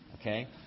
Okay